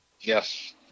Yes